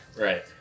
Right